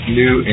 new